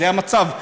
זה המצב.